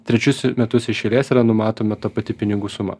trečius metus iš eilės yra numatoma ta pati pinigų suma